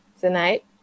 tonight